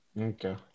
Okay